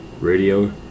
radio